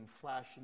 flashing